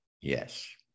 Yes